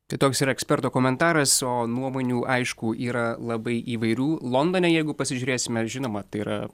tai toks ir eksperto komentaras o nuomonių aišku yra labai įvairių londone jeigu pasižiūrėsime žinoma tai yra